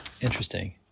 Interesting